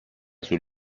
sul